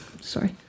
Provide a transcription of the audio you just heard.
sorry